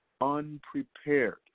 unprepared